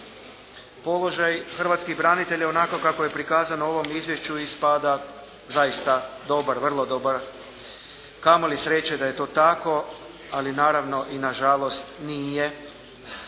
Položaj hrvatskih branitelja onako kako je prikazano u ovom izvješću ispada zaista dobar, vrlo dobar. Kamo li sreće da je to tako. Ali naravno i nažalost nije.